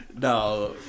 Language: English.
No